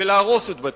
ולהרוס את בתיכם.